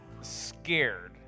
scared